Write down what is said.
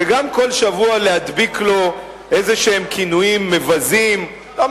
וגם כל שבוע להדביק לו כינויים מבזים כלשהם,